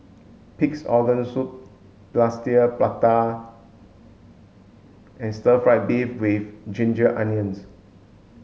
pig's organ soup plaster prata and stir fried beef with ginger onions